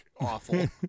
awful